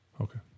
Okay